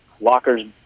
lockers